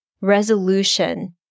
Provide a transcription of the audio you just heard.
resolution